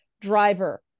driver